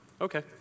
Okay